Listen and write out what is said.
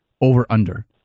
over-under